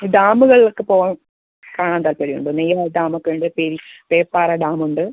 ഈ ഡാമുകളിലൊക്കെ പോവാൻ കാണാൻ താൽപ്പര്യം ഉണ്ടോ നെയ്യാർ ഡാമൊക്കെ ഉണ്ട് പേപ്പാറ ഡാമുണ്ട്